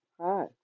Hi